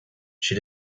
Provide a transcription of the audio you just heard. she